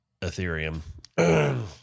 Ethereum